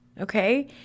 okay